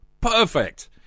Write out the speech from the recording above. Perfect